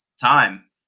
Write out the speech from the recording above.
time